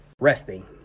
resting